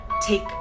take